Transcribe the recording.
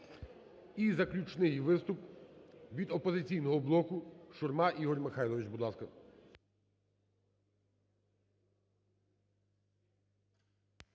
І, заключний виступ, від "Опозиційного блоку", Шурма Ігор Михайлович,